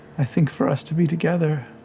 i think for us to be together,